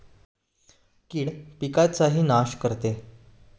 कीड पिकाचाही नाश करते